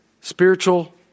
spiritual